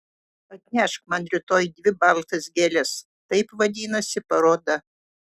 atnešk man rytoj dvi baltas gėles taip vadinasi paroda